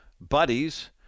buddies